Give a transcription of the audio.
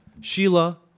Sheila